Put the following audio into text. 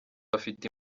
bafite